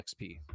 XP